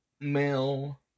male